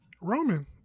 Roman